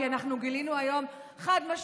כי אנחנו גילינו היום חד-משמעית